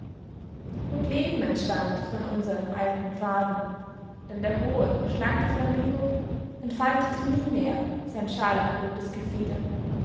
und leben entschwand von unsern alten pfaden denn der hohe schlanke flamingo entfaltete nie mehr sein scharlachrotes gefieder